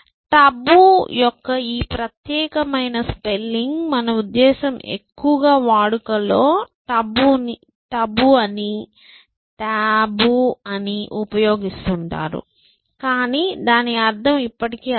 టబు యొక్క ఈ ప్రత్యేకమైన స్పెల్లింగ్ మన ఉద్దేశ్యం ఎక్కువగా వాడుకలో టబూ అని t a b o o o అని ఉపయోగిస్తుంటారు కానీ దాని అర్ధం ఇప్పటికీ అదే